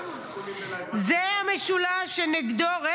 זה המשולש שנגדו ---" מירב,